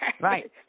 right